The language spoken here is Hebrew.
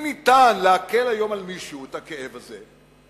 אם ניתן להקל היום על מישהו את הכאב הזה,